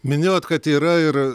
minėjot kad yra ir